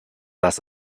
das